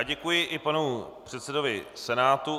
Děkuji i panu předsedovi Senátu.